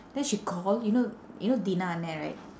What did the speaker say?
then she call you know you know dhina அண்ணன்:annan right